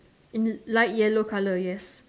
in light yellow colour yes